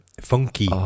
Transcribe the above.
Funky